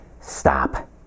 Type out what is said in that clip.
stop